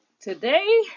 Today